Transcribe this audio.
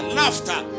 laughter